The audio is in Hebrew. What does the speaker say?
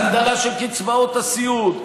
הגדלה של קצבאות הסיעוד,